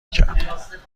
کرد